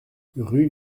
rue